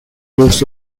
gives